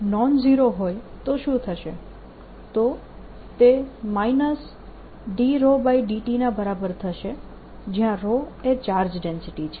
J0 હોય તો શું થશે તો તે t ના બરાબર થશે જયાં એ ચાર્જ ડેન્સિટી છે